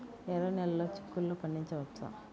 ఎర్ర నెలలో చిక్కుల్లో పండించవచ్చా?